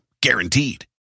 Guaranteed